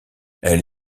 elle